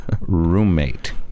roommate